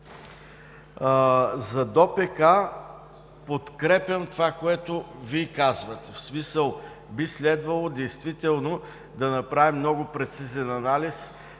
За ДОПК подкрепям това, което Вие казвате, в смисъл, би следвало действително да направим много прецизен анализ